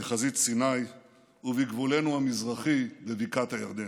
בחזית סיני ובגבולנו המזרחי, בבקעת הירדן.